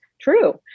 true